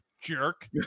jerk